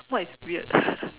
what is weird